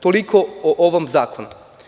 Toliko o ovom zakonu.